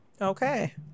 Okay